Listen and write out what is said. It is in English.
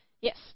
Yes